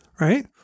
right